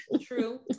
true